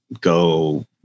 Go